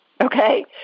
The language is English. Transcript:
Okay